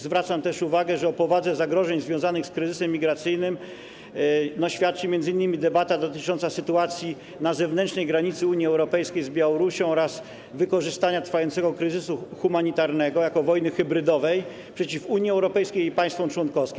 Zwracam też uwagę, że o powadze zagrożeń związanych z kryzysem migracyjnym świadczy m.in. debata dotycząca sytuacji na zewnętrznej granicy Unii Europejskiej z Białorusią oraz wykorzystania trwającego kryzysu humanitarnego jako wojny hybrydowej przeciw Unii Europejskiej i państwom członkowskim.